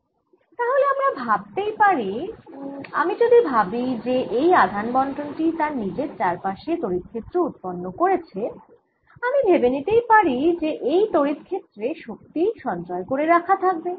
তাহলে আমি ভাবতেই পারি আমি যদি ভাবি যে এই আধান বণ্টন টি তার নিজের চার পাশে তড়িৎ ক্ষেত্র উৎপন্ন করেছে আমি ভেবে নিতেই পারি যে এই তড়িৎ ক্ষেত্রে শক্তি সঞ্চয় করে রাখা থাকবে